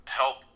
help